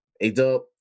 A-Dub